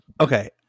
Okay